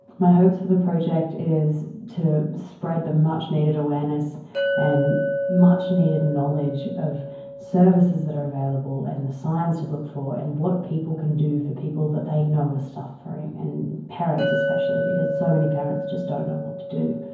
my hopes for the project is to spread the much-needed awareness and much-needed knowledge of services that are available and the signs to look for and what people can do for people that they know are suffering, and parents especially because so many parents just don't know what to do.